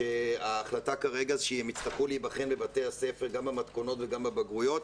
ההחלטה כרגע היא שהם יצטרכו להיבחן בבתי הספר גם במתכונות וגם בבגרויות.